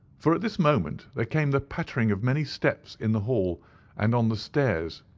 for at this moment there came the pattering of many steps in the hall and on the stairs,